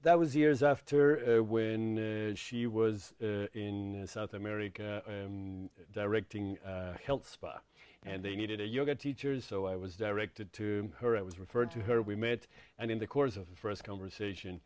that was years after when she was in south america directing health spa and they needed a yoga teachers so i was directed to her i was referred to her we met and in the course of the st conversation